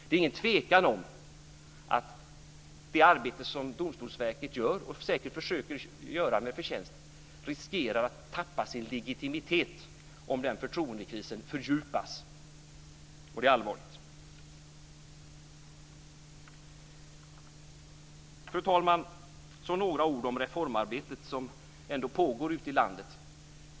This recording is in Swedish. Det är ingen tvekan om att det arbete som Domstolsverket gör, och säkert med förtjänst försöker göra, riskerar att tappa sin legitimitet om den förtroendekrisen fördjupas. Det är allvarligt. Fru talman! Jag vill också säga några ord om det reformarbete som pågår ute i landet.